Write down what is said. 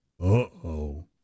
Uh-oh